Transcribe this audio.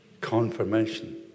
Confirmation